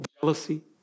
jealousy